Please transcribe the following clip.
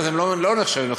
הם לא נחשבים לחרדים,